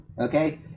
Okay